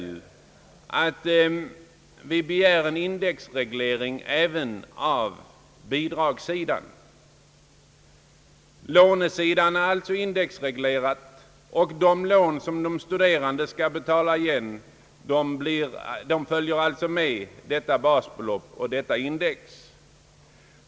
Vi motionärer har begärt en indexreglering även av bidragssidan, vilket ju vore rimligt, eftersom lånesidan är indexreglerad. De lån som de studerande skall betala igen följer sålunda basbeloppets förändringar.